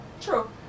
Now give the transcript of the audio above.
true